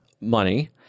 money